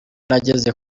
nageze